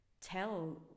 tell